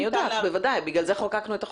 אני יודעת, בוודאי, בגלל זה חוקקנו את החוק.